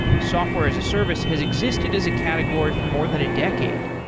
software as a service has existed as a category for more than a decade.